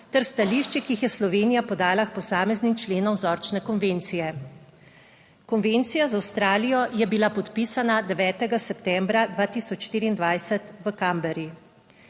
ter stališči, ki jih je Slovenija podala k posameznim členom vzorčne konvencije. Konvencija z Avstralijo je bila podpisana 9. septembra 2024 v Canberri.